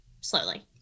slowly